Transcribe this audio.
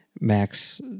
Max